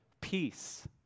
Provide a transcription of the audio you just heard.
peace